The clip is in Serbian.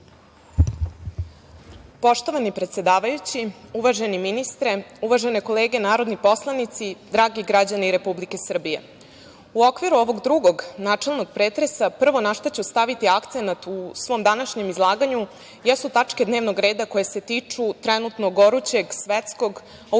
Poštovani predsedavajući, uvaženi ministre, uvažene kolege narodni poslanici, dragi građani Republike Srbije, u okviru ovog drugog načelnog pretresa prvo na šta ću staviti akcenat u svom današnjem izlaganju jesu tačke dnevnog reda koje se tiču trenutno gorućeg svetskog a ujedno